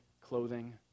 clothing